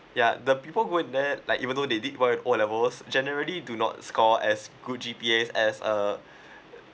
ya the people go in there like even though they did well in O levels generally do not score as good G_P_A as a